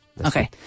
Okay